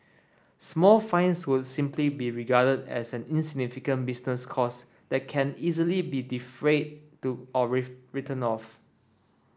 small fines would simply be regarded as an insignificant business cost that can easily be defrayed to or written off